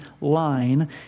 line